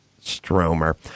Stromer